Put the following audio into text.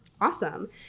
Awesome